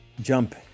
jump